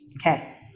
Okay